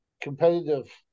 competitive